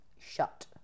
shut